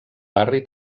barri